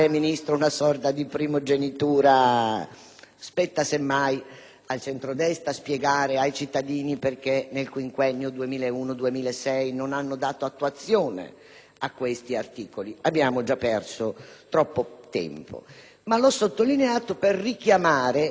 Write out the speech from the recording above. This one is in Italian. Spetta semmai al centrodestra spiegare ai cittadini perché nel quinquennio 2001-2006 non hanno dato attuazione a questi articoli. Abbiamo già perso troppo tempo. Ma l'ho sottolineato per richiamare un filo rosso che guida